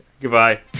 Goodbye